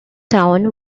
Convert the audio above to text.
town